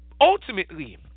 Ultimately